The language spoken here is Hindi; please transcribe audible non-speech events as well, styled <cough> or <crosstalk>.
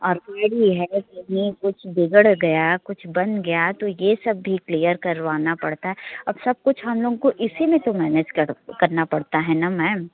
और ये भी है कि <unintelligible> कुछ बिगड़ गया कुछ बन गया तो ये सब भी क्लीयर करवाना पड़ता है अब सब कुछ हम लोग को इसी में तो मैनेज कर करना पड़ता है न मैम